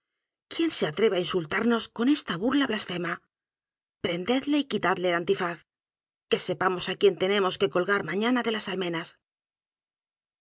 quién se atreve á insultarnos con esta burla blasfema prendedle y quitadle el antifaz que sepamos á quién tenemos que colgar mañana de las